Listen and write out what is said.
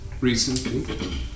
recently